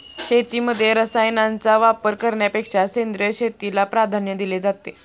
शेतीमध्ये रसायनांचा वापर करण्यापेक्षा सेंद्रिय शेतीला प्राधान्य दिले जाते